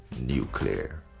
nuclear